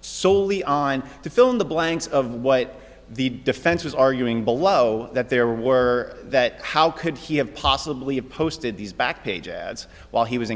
solely on to fill in the blanks of what the defense was arguing below that there were that how could he have possibly have posted these back page ads while he was